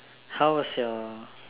how's your